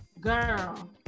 Girl